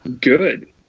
Good